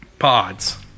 Pods